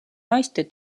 naiste